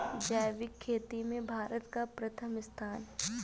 जैविक खेती में भारत का प्रथम स्थान